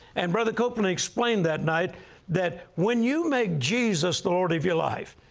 and brother copeland explained that night that when you make jesus the lord of your life,